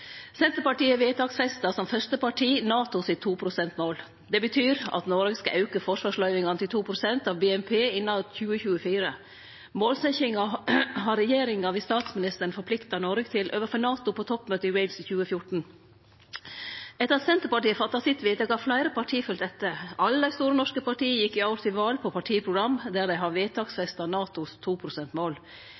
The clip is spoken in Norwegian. Senterpartiet. Senterpartiet vedtaksfesta som første parti NATOs 2-prosentmål. Det betyr at Noreg skal auke forsvarsløyvingane til 2 pst. av BNP innan 2024. Målsetjinga har regjeringa ved statsministeren forplikta Noreg til overfor NATO på toppmøtet i Wales i 2014. Etter at Senterpartiet fatta sitt vedtak, har fleire parti følgt etter. Alle dei store norske partia gjekk i år til val på partiprogram der dei har vedtaksfesta NATOs